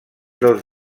dels